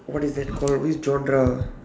what is that called which genre